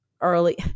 early